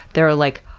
there are, like,